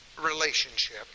relationship